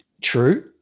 True